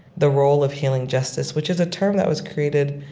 the role of healing justice, which is a term that was created